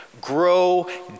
grow